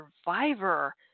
survivor